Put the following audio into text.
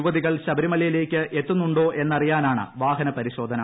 യുവതികൾ ശബരിമലയിലേക്ക് എത്തുന്നുണ്ടോ എന്നറിയാനാണ് വാഹന പരിശോധന